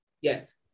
yes